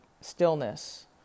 stillness